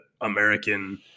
American